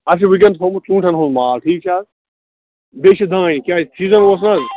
اَسہِ چھُ وُنکٮ۪ن تھوٚومُت ژوٗنٛٹھٮ۪ن ہُنٛد مال ٹھیٖک چھا حظ بیٚیہِ چھِ دانہِ کیٛازِ سیٖزَن اوس نہَ حظ